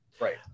Right